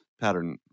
pattern